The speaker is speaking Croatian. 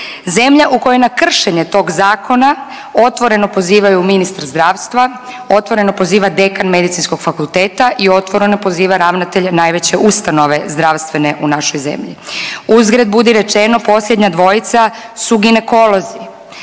zemlja u kojoj na kršenje tog zakona otvoreno pozivaju ministra zdravstva otvoreno poziva dekan Medicinskog fakulteta i otvoreno poziva ravnatelj najveće ustanove zdravstvene u našoj zemlji. Uzgred budi rečeno posljednja dvojica su ginekolozi